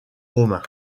romains